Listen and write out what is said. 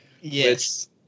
Yes